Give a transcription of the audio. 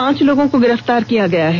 पांच लोगों को गिरफ्तार किया गया है